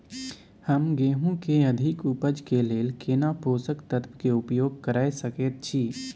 हम गेहूं के अधिक उपज के लेल केना पोषक तत्व के उपयोग करय सकेत छी?